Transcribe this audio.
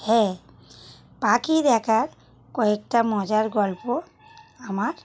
হ্যাঁ পাখি দেখার কয়েকটা মজার গল্প আমার